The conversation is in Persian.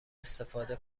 استفاده